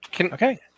Okay